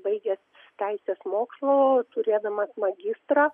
baigęs teisės mokslo turėdamas magistro